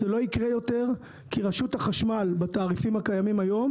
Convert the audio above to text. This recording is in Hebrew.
זה לא יקרה יותר כי רשות החשמל בתעריפים הקיימים היום,